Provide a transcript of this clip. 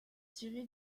tiré